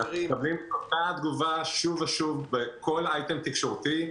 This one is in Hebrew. אנחנו מקבלים את אותה התגובה שוב ושוב בכל אייטם תקשורתי,